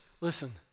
listen